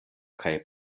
kaj